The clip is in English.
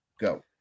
go